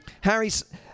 Harry's